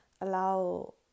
allow